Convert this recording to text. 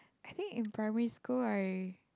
I think in primary school I